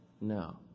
No